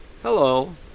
Hello